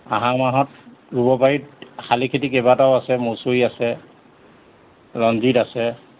আহাৰ মাহত ৰুব পাৰি শালি খেতি কেইবাটাও আছে মচুৰী আছে ৰঞ্জিত আছে